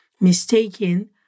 mistaken